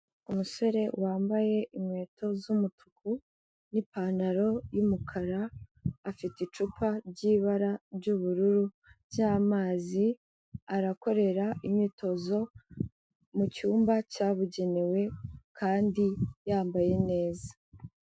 Umusore wambaye inkweto z'umutuku n'ipantaro y'umukara, afite icupa ry'ibara ry'ubururu ry'amazi, arakorera imyitozo mu cyumba cyabugenewe kandi yambaye neza.